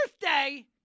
birthday